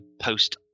post